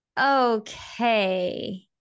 okay